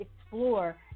explore